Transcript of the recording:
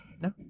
No